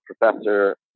Professor